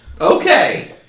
Okay